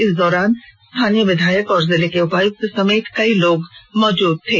इस दौरान स्थानीय विधायक और जिले के उपायुक्त समेत कई लोग मौके पर मौजूद थे